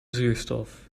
zuurstof